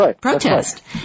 protest